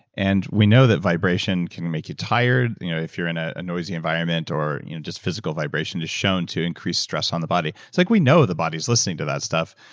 and we know that vibration can make you tired you know if you're in a noisy environment or you know just physical vibration is shown to increase stress on the body, so like we know the body's listening to that stuff,